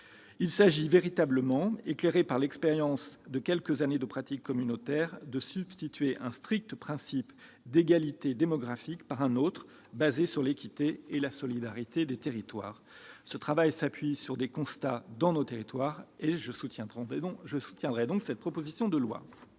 Il s'agit véritablement, à la lumière de l'expérience de quelques années de pratique communautaire, de substituer à un strict principe d'égalité démographique un autre, fondé sur l'équité et la solidarité des territoires. Ce travail s'appuyant sur des constats posés dans nos territoires, je soutiendrai cette proposition de loi.